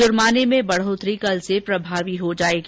जुर्माने में बढ़ोतरी कल से प्रभावी हो जायेगी